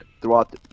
throughout